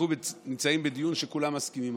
אנחנו נמצאים בדיון שכולם מסכימים